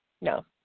No